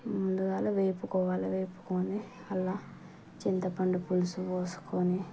ముందుగా వేపుకోవాలి వేపుకోని అందులో చింతపండు పులుసు పోసుకొని